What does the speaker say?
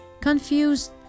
Confused